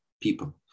people